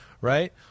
right